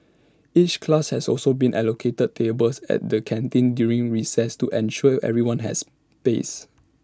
each class has also been allocated tables at the canteen during recess to ensure everyone has space